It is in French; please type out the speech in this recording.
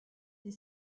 des